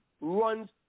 runs